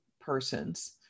persons